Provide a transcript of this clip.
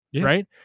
right